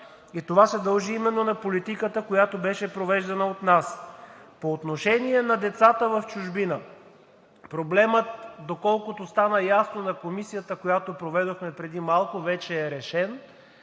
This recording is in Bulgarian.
това се дължи именно на политиката, която беше провеждана от нас. По отношение на децата в чужбина. Проблемът, доколкото стана ясно на Комисията, която проведохме преди малко, вече е решен.